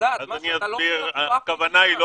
לדעת --- אז אני אסביר: הכוונה היא לא